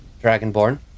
Dragonborn